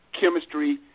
chemistry